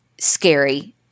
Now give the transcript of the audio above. scary